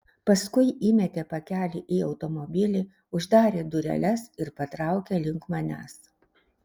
paskui įmetė pakelį į automobilį uždarė dureles ir patraukė link manęs